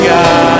God